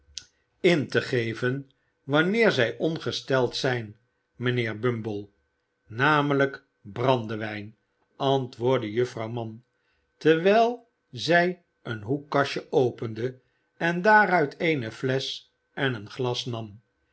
in te geven wanneer zij ongesteld zijn mijnheer bumble namelijk brandewijn antwoordde juffrouw mann terwijl zij een hoekkastje opende en daaruit eene flesch en een glas nam